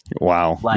Wow